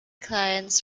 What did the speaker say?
clients